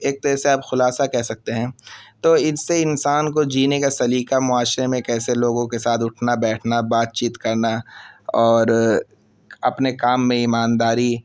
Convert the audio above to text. ایک تو اسے آپ خلاصہ کہہ سکتے ہیں تو اس سے انسان کو جینے کا سلیقہ معاشرے میں کیسے لوگوں کے ساتھ اٹھنا بیٹھنا بات چیت کرنا اور اپنے کام میں ایمانداری